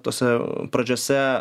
tose pradžiose